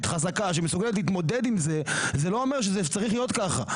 חזקה שמסוגלת להתמודד עם זה לא אומר שזה צריך להיות כך.